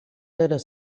little